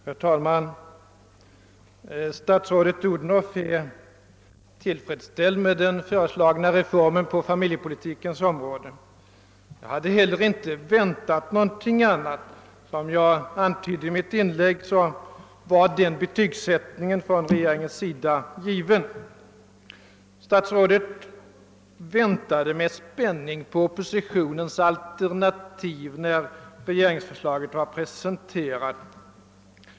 Herr talman! Statsrådet Odhnoff är tillfredsställd över den föreslagna reformen på familjepolitikens område. Jag hade heller inte väntat någonting annat. Som jag antydde i mitt första inlägg var den betygsättningen från regeringens sida given. Statsrådet väntade med spänning på oppositionens alternativ när regeringsförslaget var presenterat.